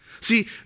see